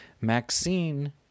Maxine